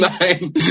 nine